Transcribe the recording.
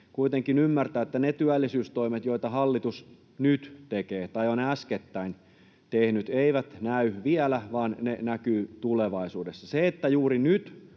kuitenkin ymmärtää, että ne työllisyystoimet, joita hallitus nyt tekee tai on äskettäin tehnyt, eivät näy vielä, vaan ne näkyvät tulevaisuudessa. Se, että juuri nyt